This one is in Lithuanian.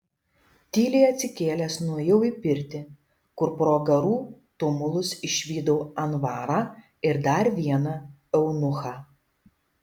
tyliai atsikėlęs nuėjau į pirtį kur pro garų tumulus išvydau anvarą ir dar vieną eunuchą